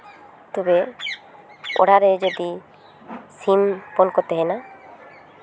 ᱛᱚᱵᱮ ᱚᱲᱟᱜ ᱨᱮ ᱡᱩᱫᱤ ᱥᱤᱢ ᱦᱚᱯᱚᱱ ᱠᱚ ᱛᱟᱦᱮᱱᱟ